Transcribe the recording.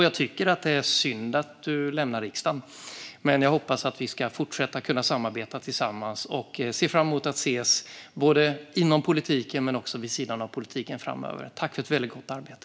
Jag tycker att det är synd att du lämnar riksdagen, men jag hoppas att vi ska kunna fortsätta samarbeta. Jag ser fram emot att ses framöver inom politiken men också vid sidan av politiken. Tack för ett väldigt gott arbete!